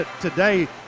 today